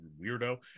weirdo